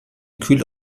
kühl